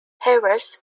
harris